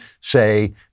say